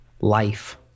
life